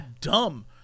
dumb